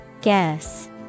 Guess